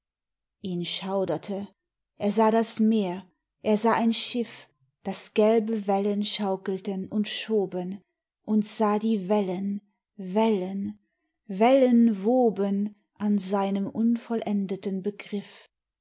ihn schauderte er sah das meer er sah ein schiff das gelbe wellen schaukelten und schoben und sah die wellen wellen wellen woben an seinem unvollendeten begriff